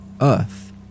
earth